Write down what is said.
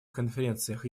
конференциях